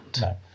No